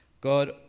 god